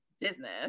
business